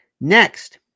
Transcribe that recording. Next